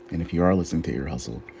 and if you are listening to ear hustle,